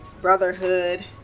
brotherhood